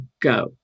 go